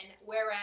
Whereas